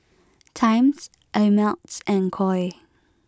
Times Ameltz and Koi